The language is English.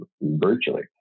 virtually